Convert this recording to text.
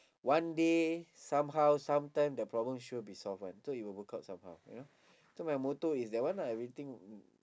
one day somehow some time the problem sure be solve [one] so it will work out somehow you know so my motto is that one lah everything